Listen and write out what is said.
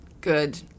good